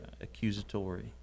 accusatory